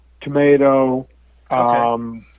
tomato